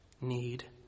need